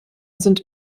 sind